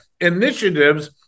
initiatives